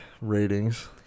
ratings